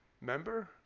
member